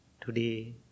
today